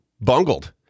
bungled